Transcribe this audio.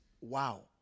Wow